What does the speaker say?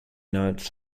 notes